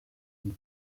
une